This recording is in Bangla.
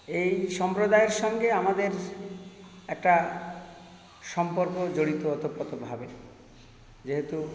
এই সম্প্রদায়ের সঙ্গে আমাদের একটা সম্পর্কও জড়িত ওতপ্রোতভাবে যেহেতু